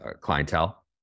clientele